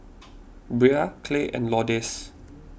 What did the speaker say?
Bria Clay and Lourdes